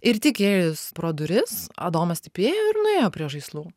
ir tik įėjus pro duris adomas taip ėjo ir nuėjo prie žaislų